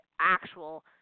actual